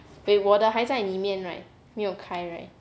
wait 我的还在里面 right 没有开 right